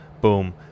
Boom